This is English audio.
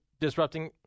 disrupting